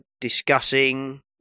discussing